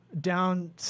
down –